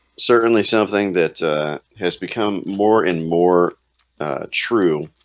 certainly something that has become more and more true